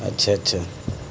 اچھا اچھا